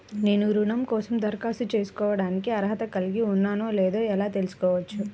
నేను రుణం కోసం దరఖాస్తు చేసుకోవడానికి అర్హత కలిగి ఉన్నానో లేదో ఎలా తెలుసుకోవచ్చు?